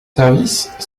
services